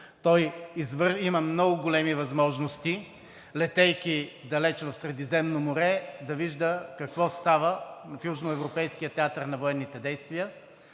той има много големи възможности, летейки далече в Средиземно море, да вижда какво става в южноевропейския театър на военните действия.